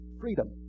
freedom